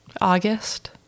August